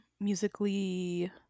musically